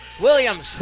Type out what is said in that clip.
Williams